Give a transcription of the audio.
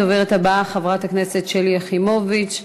הדוברת הבאה, חברת הכנסת שלי יחימוביץ.